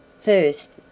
First